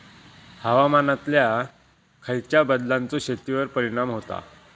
हवामानातल्या खयच्या बदलांचो शेतीवर परिणाम होता?